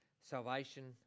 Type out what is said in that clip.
Salvation